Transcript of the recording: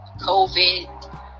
COVID